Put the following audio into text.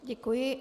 Děkuji.